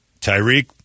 Tyreek